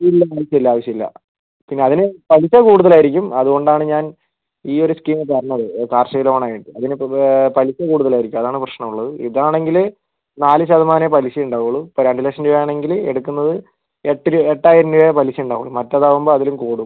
ഇല്ല ആവശ്യല്ല ആവശ്യല്ല പിന്നെ അതിന് പലിശ കൂടുതൽ ആയിരിക്കും അത് കൊണ്ടാണ് ഞാൻ ഈ ഒരു സ്കീം പറഞ്ഞത് കാർഷിക ലോൺ ആയിട്ട് അതിന് പലിശ കൂടുതൽ ആയിരിക്കും അതാണ് പ്രശ്നം ഉള്ളത് ഇത് ആണെങ്കിൽ നാല് ശതമാനമേ പലിശ ഉണ്ടാവുള്ളൂ ഇപ്പൊ രണ്ട് ലക്ഷം രൂപ ആണെങ്കിൽ എടുക്കുന്നത് എട്ട് രൂപ എട്ടായിരം രൂപേ പലിശ ഉണ്ടാവൂ മറ്റേത് ആകുമ്പോൾ അതിലും കൂടും